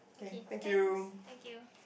okay thanks thank you